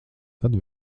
tad